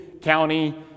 county